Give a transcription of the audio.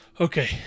Okay